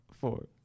Four